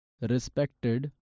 Respected